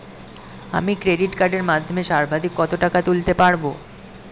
আমি ক্রেডিট কার্ডের মাধ্যমে সর্বাধিক কত টাকা তুলতে পারব?